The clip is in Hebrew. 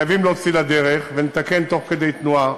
חייבים להוציא לדרך, ונתקן תוך כדי תנועה.